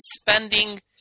spending